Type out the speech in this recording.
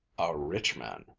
a rich man,